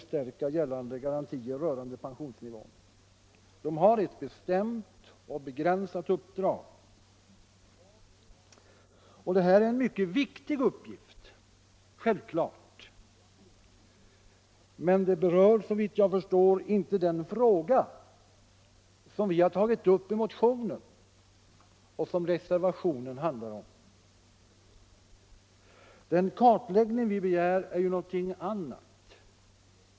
Självklart är det en mycket viktig uppgift, men den berör såvitt jag förstår inte den fråga som vi har tagit upp i motionen och som reservationen handlar om. Den kartläggning vi begär är ju någonting annat.